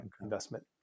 investment